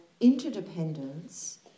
interdependence